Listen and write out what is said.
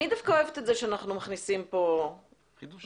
אני דווקא אוהבת שאנחנו מכניסים פה חידוש,